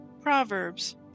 Proverbs